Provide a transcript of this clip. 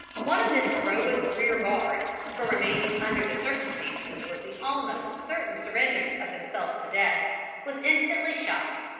one of this heroic rear-guard for remaining under the circumstances was the almost certain surrender of themselves to death was instantly shot.